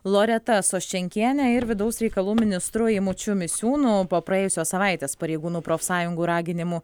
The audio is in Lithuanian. loreta soščenkiene ir vidaus reikalų ministru eimučiu misiūnu po praėjusios savaitės pareigūnų profsąjungų raginimų